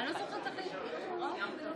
תודה, אדוני.